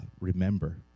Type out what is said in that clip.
remember